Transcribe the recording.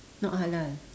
not halal